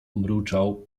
mruczał